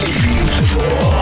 beautiful